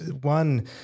one